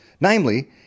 Namely